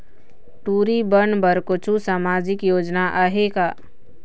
टूरी बन बर कछु सामाजिक योजना आहे का?